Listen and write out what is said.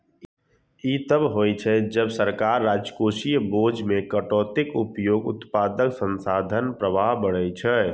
ई तब होइ छै, जब सरकार राजकोषीय बोझ मे कटौतीक उपयोग उत्पादक संसाधन प्रवाह बढ़बै छै